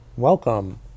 Welcome